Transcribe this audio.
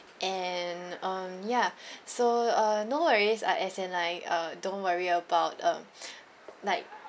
and um ya so uh no worries like as in like uh don't worry about um like